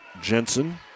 Jensen